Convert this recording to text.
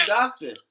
doctor